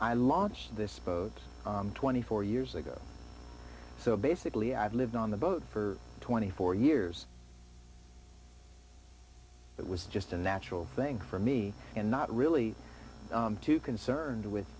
i launched this boat on twenty four years ago so basically i've lived on the boat for twenty four years that was just a natural thing for me and not really too concerned with